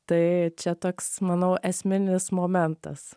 tai čia toks manau esminis momentas